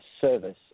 service